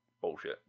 bullshit